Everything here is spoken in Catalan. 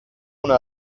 una